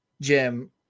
Jim